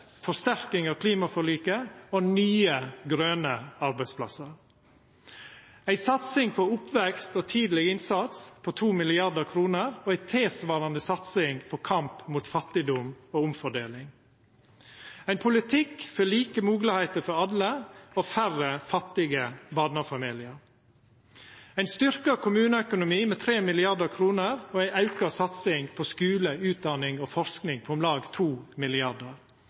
forsterking av klimaforliket, og nye, grøne arbeidsplassar ei satsing på oppvekst og tidleg innsats på 2 mrd. kr, og ei tilsvarande satsing på kamp mot fattigdom og omfordeling ein politikk for like moglegheiter for alle og færre fattige barnefamiliar ein styrkt kommuneøkonomi med 3 mrd. kr, og ei auka satsing på skule, utdanning og forsking på om lag